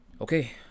Okay